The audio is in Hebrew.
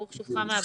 ברוך שובך מהבידוד.